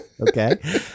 okay